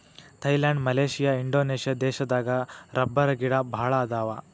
Thailand Malaysia Indonesia ದೇಶದಾಗ ರಬ್ಬರಗಿಡಾ ಬಾಳ ಅದಾವ